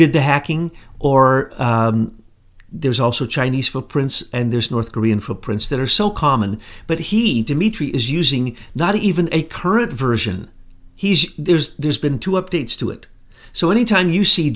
did the hacking or there's also chinese footprints and there's north korean for prints that are so common but he dimitri is using not even a current version he's there's there's been two updates to it so any time